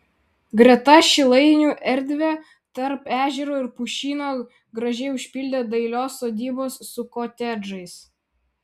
greta šilainių erdvę tarp ežero ir pušyno gražiai užpildė dailios sodybos su kotedžais